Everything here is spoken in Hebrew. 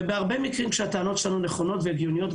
ובהרבה מקרים כשהטענות שלנו נכונות והגיוניות,